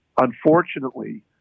unfortunately